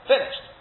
Finished